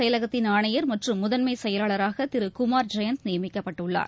செயலகத்தின் ஆணையர் மற்றும் முதன்மைச்செயலாளராகதிருகுமார் ஜெயந்த் கருவூல நியமிக்கப்பட்டுள்ளார்